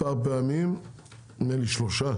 פעמים נדמה לי שלושה